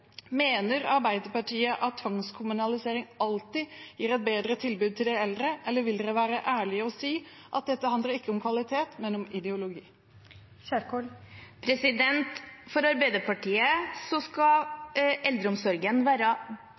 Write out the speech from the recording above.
Mener Arbeiderpartiet at tvangskommunalisering alltid gir et bedre tilbud til de eldre, eller vil man være ærlig og si at dette ikke handler om kvalitet, men om ideologi? For Arbeiderpartiet skal eldreomsorgen være